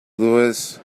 louis